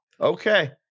okay